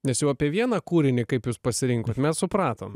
nes jau apie vieną kūrinį kaip jūs pasirinkot mes supratom